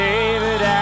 David